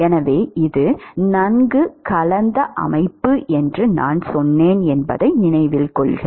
எனவே இது நன்கு கலந்த அமைப்பு என்று நான் சொன்னேன் என்பதை நினைவில் கொள்க